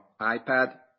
iPad